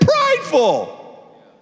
prideful